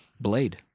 Blade